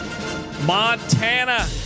Montana